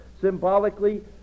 symbolically